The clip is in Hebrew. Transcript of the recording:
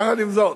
יחד עם זאת,